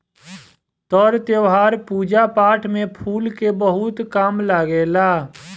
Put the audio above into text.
तर त्यौहार, पूजा पाठ में फूल के बहुत काम लागेला